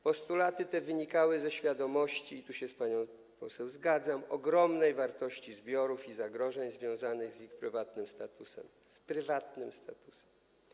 Postulaty te wynikały ze świadomości, i tu się z panią poseł zgadzam, ogromnej wartości zbiorów i zagrożeń związanych z ich - podkreślam - prywatnym statusem.